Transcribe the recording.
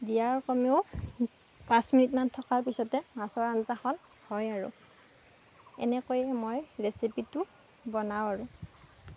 দিয়াৰ কমেও পাঁচ মিনিটমান থকাৰ পিছতে মাছৰ আঞ্জাখন হয় আৰু এনেকৈয়ে মই ৰেচিপিটো বনাওঁ আৰু